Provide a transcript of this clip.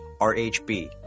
RHB